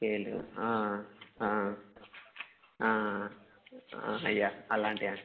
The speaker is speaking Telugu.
స్కేలు యా అలాంటివి